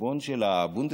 לחשבון של ה-bundesregierung,